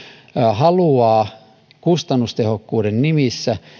haluaa kustannustehokkuuden nimissä